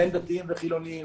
אין דתיים וחילוניים,